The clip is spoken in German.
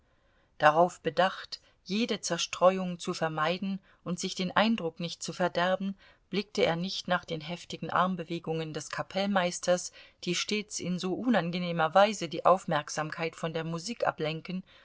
darauf bedacht jede zerstreuung zu vermeiden und sich den eindruck nicht zu verderben blickte er nicht nach den heftigen armbewegungen des kapellmeisters die stets in so unangenehmer weise die aufmerksamkeit von der musik ablenken